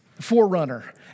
forerunner